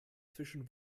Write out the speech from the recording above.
zwischen